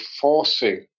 forcing